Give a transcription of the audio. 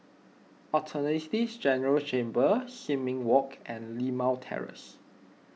Attorney General's Chambers Sin Ming Walk and Limau Terrace